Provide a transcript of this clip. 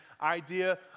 idea